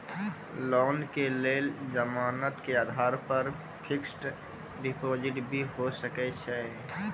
Loan के लेल जमानत के आधार पर फिक्स्ड डिपोजिट भी होय सके छै?